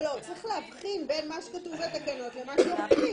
צריך להבחין בין מה שכתוב בתקנות לבין מה שאוכפים.